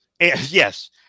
yes